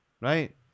right